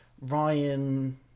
Ryan